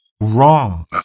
Wrong